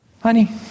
Honey